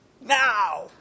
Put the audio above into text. Now